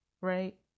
Right